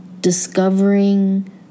discovering